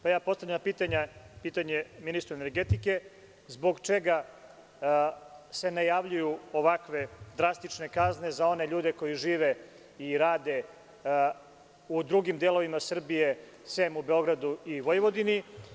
Postavljam pitanje ministru energetike – zbog čega se najavljuju ovakve drastične kazne za one ljude koji žive i rade u drugim delovima Srbije, sem u Beogradu i Vojvodini?